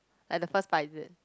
at the first time is it